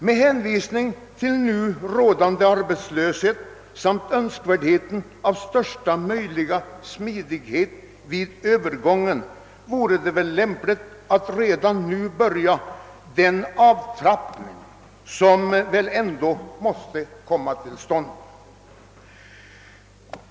Med hänvisning till nu rådande arbetslöshet samt önskvärdheten av största möjliga smidighet vid övergången vore det väl lämpligt att redan nu börja den avtrappning, som ändå måste komma till stånd.